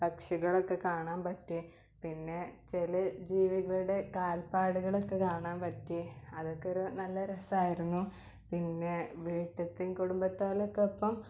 പക്ഷികളൊക്കെ കാണാൻ പറ്റി പിന്നെ ചില ജീവികളുടെ കാൽപ്പാടുകളൊക്കെ കാണാൻ പറ്റി അതൊക്കെ ഒരു നല്ല രസായിരുന്നു പിന്നെ വീട്ടിലത്തെ കുടുംബത്തിലൊക്കെ ഒപ്പം